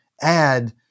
add